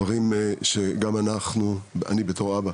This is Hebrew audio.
אלו דברים שגם אנחנו, אני לפחות, בתור אבא